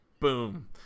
Boom